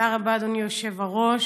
תודה רבה, אדוני היושב-ראש.